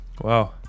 Wow